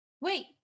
Wait